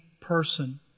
person